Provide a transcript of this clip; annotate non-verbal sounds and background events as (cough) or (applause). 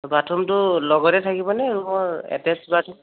বাথৰুমটো লগতে থাকিবনে (unintelligible) এটেছড বাথৰুম